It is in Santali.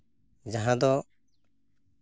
ᱡᱟᱦᱟᱸ ᱫᱚ